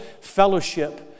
Fellowship